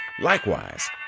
Likewise